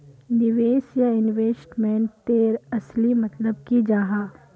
निवेश या इन्वेस्टमेंट तेर असली मतलब की जाहा?